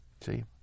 See